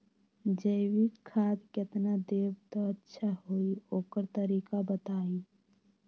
जैविक खाद केतना देब त अच्छा होइ ओकर तरीका बताई?